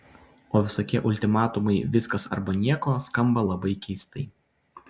o visokie ultimatumai viskas arba nieko skamba labai keistai